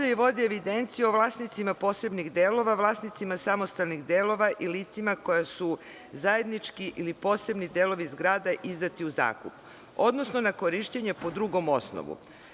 i vodi evidenciju o vlasnicima posebnih delova, vlasnicima samostalnih delova i licima koja su zajednički ili posebni delovi zgrada izdati u zakup, odnosno na korišćenje po drugom osnovu.